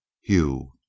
Hugh